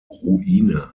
ruine